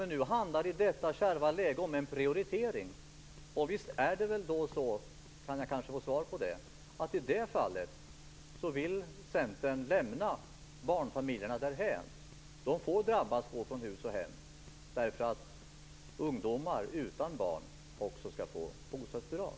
Men i detta kärva läge handlar det om en prioritering. Kan jag få svar på om Centern i det fallet vill lämna barnfamiljerna därhän? De får drabbas, de får gå från hus och hem, därför att ungdomar utan barn också skall få bostadsbidrag.